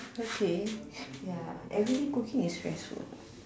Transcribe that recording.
okay ya everyday cooking espresso